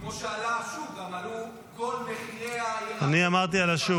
כמו שעלה השוק גם עלו כל מחירי הירקות -- אני אמרתי על השוק.